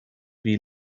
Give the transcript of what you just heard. wie